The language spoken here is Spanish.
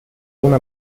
una